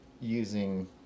using